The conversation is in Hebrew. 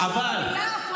זה לא יפה.